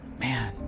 man